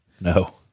No